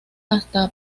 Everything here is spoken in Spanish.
hasta